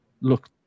look